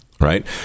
Right